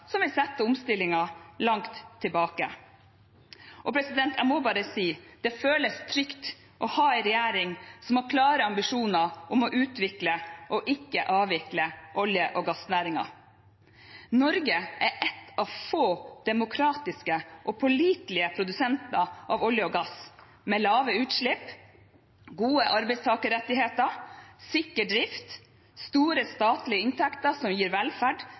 langt tilbake. Og jeg må bare si: Det føles trygt å ha en regjering som har klare ambisjoner om å utvikle – og ikke avvikle – olje- og gassnæringen. Norge er ett av få demokratiske og pålitelige produsenter av olje og gass, med lave utslipp, gode arbeidstakerrettigheter, sikker drift, store statlige inntekter som gir velferd